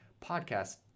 podcast